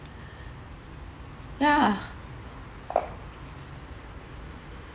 yeah